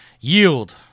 Yield